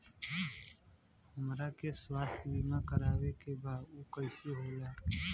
हमरा के स्वास्थ्य बीमा कराए के बा उ कईसे होला?